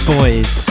Boys